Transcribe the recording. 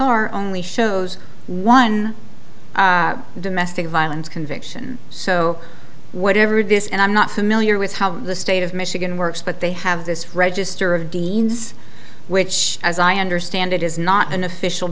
r only shows one domestic violence conviction so whatever decision i'm not familiar with how the state of michigan works but they have this register of deans which as i understand it is not an official